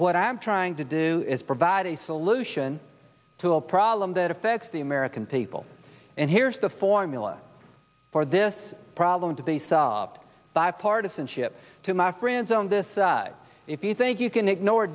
what i'm trying to do is provide a solution to a problem that affects the american people and here's the formula for this problem to be solved by partisanship to my friends on this side if you think you can ignore